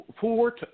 four